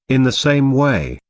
in the same way,